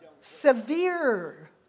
Severe